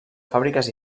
fàbriques